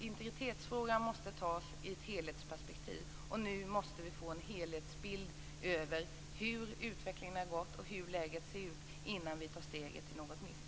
Integritetsfrågan måste ses i ett helhetsperspektiv, och nu måste vi få en helhetsbild över hur utvecklingen har gått och hur läget ser ut innan vi tar steget till något nytt.